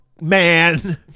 man